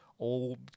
Old